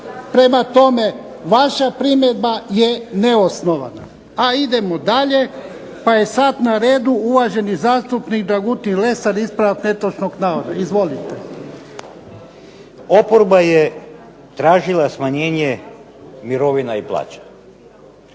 Prema tome vaša primjedba je neosnovana. A idemo dalje. Pa je sad na redu uvaženi zastupnik Dragutin Lesar, ispravak netočnog navoda. Izvolite. **Lesar, Dragutin (Hrvatski